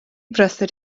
brysur